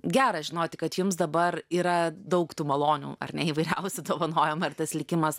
gera žinoti kad jums dabar yra daug tų malonių ar ne įvairiausių dovanojama ir tas likimas